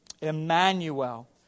Emmanuel